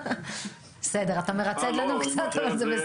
עכשיו, אני אגלה לכם סוד: